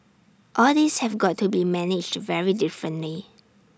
all these have got to be managed very differently